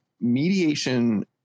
mediation